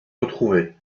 retrouvé